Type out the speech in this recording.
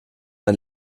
ein